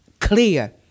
clear